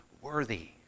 worthy